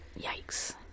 Yikes